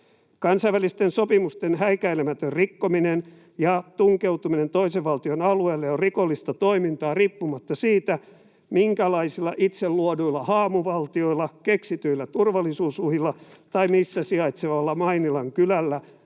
Kansainvälisten sopimusten häikäilemätön rikkominen ja tunkeutuminen toisen valtion alueelle ovat rikollista toimintaa riippumatta siitä, minkälaisilla itse luoduilla haamuvaltioilla, keksityillä turvallisuusuhilla tai niissä sijaitsevalla Mainilan kylällä